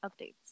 updates